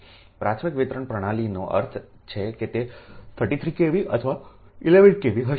પ્રાથમિક વિતરણ પ્રણાલીનો અર્થ છે કે તે 33 kV અથવા 11 kV હશે